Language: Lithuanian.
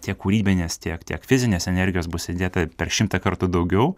tiek kūrybinės tiek tiek fizinės energijos bus įdėta per šimtą kartų daugiau